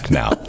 now